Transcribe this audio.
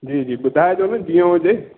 जी जी ॿुधाइजो न जीअं हुजे